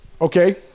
Okay